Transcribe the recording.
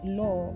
law